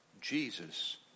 Jesus